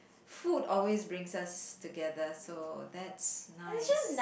food always brings us together so that's nice